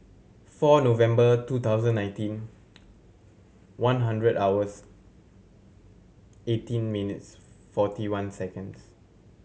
four November two thousand nineteen one hundred hours eighteen minutes forty one seconds